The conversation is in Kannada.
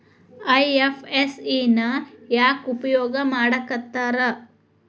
ಐ.ಎಫ್.ಎಸ್.ಇ ನ ಯಾಕ್ ಉಪಯೊಗ್ ಮಾಡಾಕತ್ತಾರ?